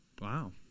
Wow